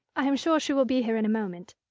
i am sure she will be here in a moment.